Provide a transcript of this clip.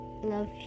love